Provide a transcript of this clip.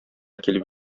килеп